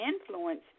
influence